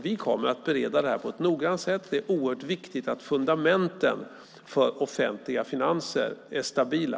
Vi kommer att bereda detta på ett noggrant sätt. Det är oerhört viktigt att fundamenten för offentliga finanser är stabila.